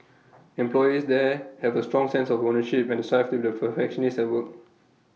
employees there have A strong sense of ownership and strive to perfectionists at work